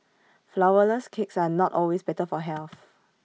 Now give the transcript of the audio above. Flourless Cakes are not always better for health